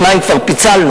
שניים כבר פיצלנו.